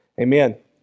Amen